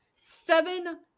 seven